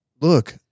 look